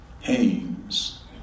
Haynes